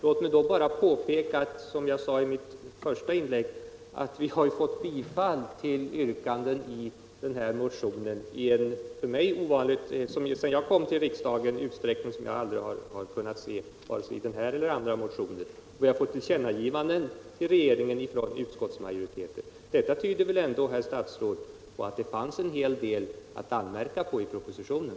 Låt mig då bara påpeka att — som jag sade i mitt första inlägg — vi har fått gehör i utskottet för yrkanden i denna motion i en utsträckning som är mycket ovanligt för motioner här i riksdagen. Och det har skett åtskilliga tillkännagivanden till regeringen beträffande förslag i vår motion. Detta tyder väl ändå på, herr statsråd, att det finns en hel del att anmärka på i propositionen?